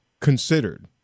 considered